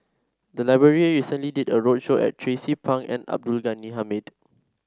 the library recently did a roadshow at Tracie Pang and Abdul Ghani Hamid